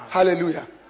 Hallelujah